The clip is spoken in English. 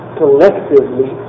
collectively